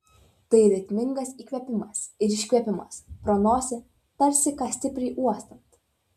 tai ritmingas įkvėpimas ir iškvėpimas pro nosį tarsi ką stipriai uostant